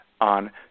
on